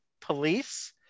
police